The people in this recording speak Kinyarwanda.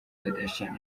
kardashian